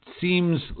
seems